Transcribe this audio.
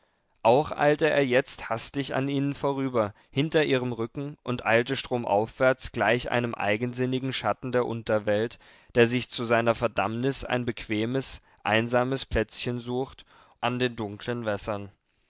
auch eilte er jetzt hastig an ihnen vorüber hinter ihrem rücken und eilte stromaufwärts gleich einem eigensinnigen schatten der unterwelt der sich zu seiner verdammnis ein bequemes einsames plätzchen sucht an den dunkeln wässern